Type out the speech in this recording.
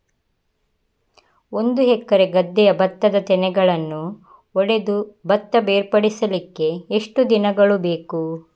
ಒಂದು ಎಕರೆ ಗದ್ದೆಯ ಭತ್ತದ ತೆನೆಗಳನ್ನು ಹೊಡೆದು ಭತ್ತ ಬೇರ್ಪಡಿಸಲಿಕ್ಕೆ ಎಷ್ಟು ದಿನಗಳು ಬೇಕು?